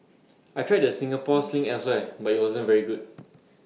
I've tried the Singapore sling elsewhere but IT wasn't very good